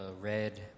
red